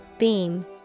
Beam